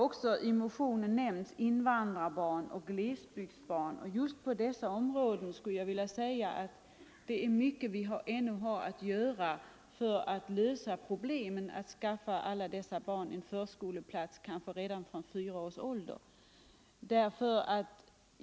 I motionen nämns också invandrarbarn och glesbygdsbarn. Jag skulle vilja säga att vi ännu har mycket att göra för att lösa problemet att skaffa alla dessa barn förskoleplats, kanske redan från fyra års ålder.